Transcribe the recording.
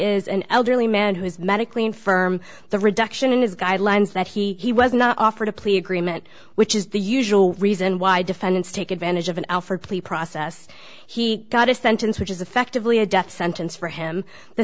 is an elderly man who is medically infirm the reduction in his guidelines that he was not offered a plea agreement which is the usual reason why defendants take advantage of an alford plea process he got his sentence which is effectively a death sentence for him the